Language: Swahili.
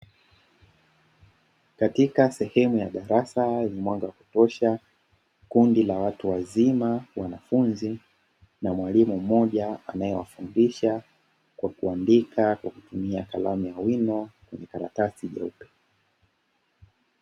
Katika sehemu ya darasa lenye mwanga wa kutosha kundi la watu wazima wanafunzi na mwalimu mmoja anayewafundisha kwa kuandika kwa kutumia karamu ya wino kwenye karatasi jeupe.